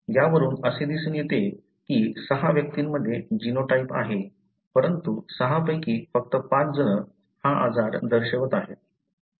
यावरून असे दिसून येते की 6 व्यक्तींमध्ये जीनोटाइप आहे परंतु 6 पैकी फक्त 5 जण हा आजार दर्शवत आहेत